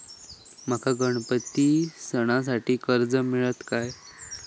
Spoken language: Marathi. माका गणपती सणासाठी कर्ज मिळत काय?